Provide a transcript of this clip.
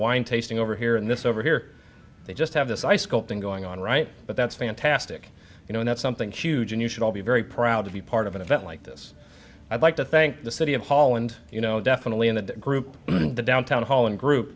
wine tasting over here and this over here they just have this eye sculpting going on right but that's fantastic you know that something huge and you should all be very proud to be part of an event like this i'd like to thank the city of holland you know definitely in that group down town hall and group